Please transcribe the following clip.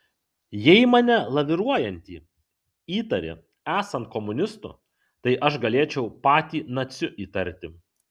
jei mane laviruojantį įtari esant komunistu tai aš galėčiau patį naciu įtarti